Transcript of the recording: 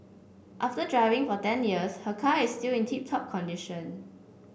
after driving for ten years her car is still in tip top condition